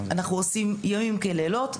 אנחנו עושים ימים כלילות,